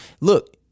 look